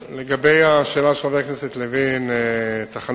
חבר הכנסת יריב לוין שאל את שר התחבורה והבטיחות בדרכים